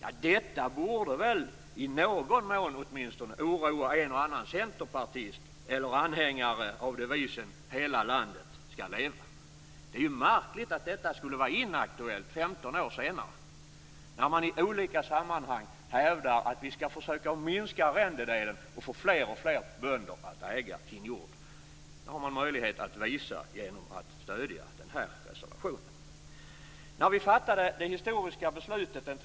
Detta borde väl åtminstone i någon mån oroa en och annan centerpartist eller anhängare av devisen "hela landet skall leva". Det är märkligt att detta skulle vara inaktuellt 15 år senare. Man hävdar i olika sammanhang att vi skall försöka minska arrendedelen och få fler och fler bönder att äga sin jord. Man har möjlighet att visa denna inställning genom att stödja reservationen.